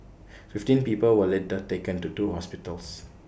fifteen people were later taken to two hospitals